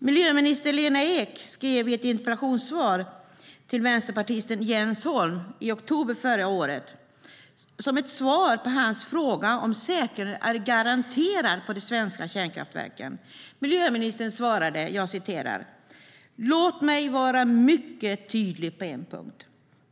Miljöminister Lena Ek skrev i oktober förra året till socialdemokraten Hans Hoff som svar på hans skriftliga fråga om säkerheten är garanterad på de svenska kärnkraftverken: "Låt mig vara mycket tydlig på en punkt.